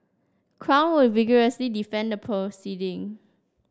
crown will vigorously defend the proceeding